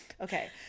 Okay